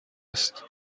است